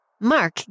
Mark